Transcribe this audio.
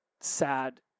sad